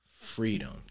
freedom